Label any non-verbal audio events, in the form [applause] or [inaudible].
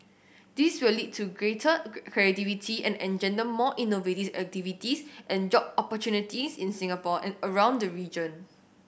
this will lead to greater [unintelligible] creativity and engender more innovative activities and job opportunities in Singapore and around the region